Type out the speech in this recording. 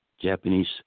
Japanese